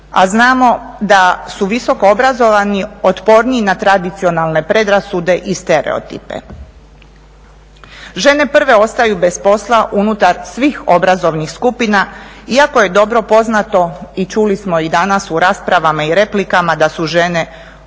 a znamo da su visoko obrazovani otporniji na tradicionalne predrasude i stereotipe. Žene prve ostaju bez posla unutar svih obrazovnih skupina iako je dobro poznato i čuli smo i danas u raspravama i replikama da su žene odanije,